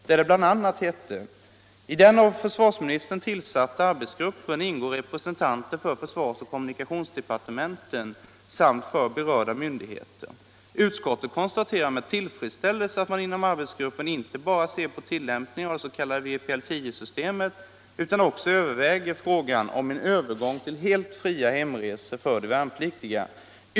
Utskottet framhöll: ”TI den av försvarsministern tillsatta arbetsgruppen ingår representanter för försvarsoch kommunikationsdepartementen samt för berörda myndigheter. Utskottet konstaterar med tillfredsställelse att man inom arbetsgruppen inte bara ser på tillämpningen av det s.k. vpl 10-systemet utan också överväger frågan om en övergång till helt fria hemresor för de värnpliktiga.